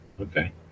okay